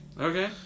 Okay